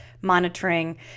monitoring